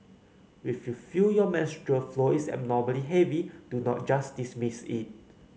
if you feel your menstrual flow is abnormally heavy do not just dismiss it